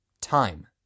Time